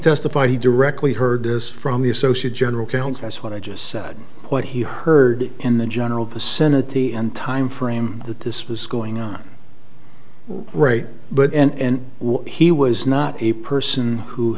testified he directly heard this from the associate general counsel that's what i just said what he heard in the general vicinity and timeframe that this was going on right but and he was not a person who